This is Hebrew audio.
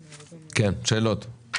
שאלות,